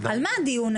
על מה הדיון היום?